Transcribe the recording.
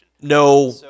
No